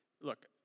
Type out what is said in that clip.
look